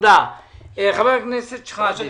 חבר הכנסת שחאדה.